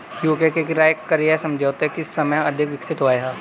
UK में किराया क्रय समझौता किस समय अधिक विकसित हुआ था?